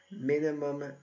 minimum